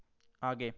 आगे